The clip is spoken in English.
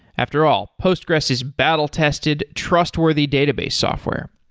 after all, postgres is battle tested, trustworthy database software,